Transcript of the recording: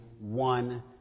one